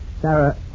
Sarah